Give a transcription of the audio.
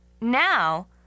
Now